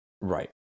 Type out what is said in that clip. Right